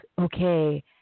okay